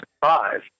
five